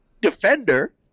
defender